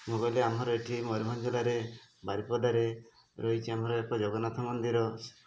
ମୁଁ କହିଲି ଆମର ଏଠି ମୟୁରଭଞ୍ଜ ଜିଲ୍ଲାରେ ବାରିପଦାରେ ରହିଛି ଆମର ଏକ ଜଗନ୍ନାଥ ମନ୍ଦିର